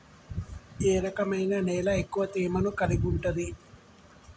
ఏ రకమైన నేల ఎక్కువ తేమను కలిగుంటది?